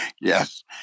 Yes